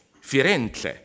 Firenze